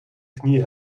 knie